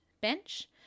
bench